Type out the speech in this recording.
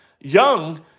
Young